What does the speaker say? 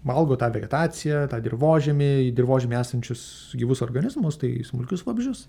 valgo tą vegetaciją tą dirvožemį dirvožemy esančius gyvus organizmus tai smulkius vabzdžius